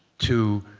to